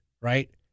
right